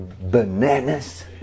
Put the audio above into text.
bananas